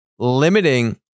limiting